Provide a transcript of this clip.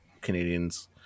Canadians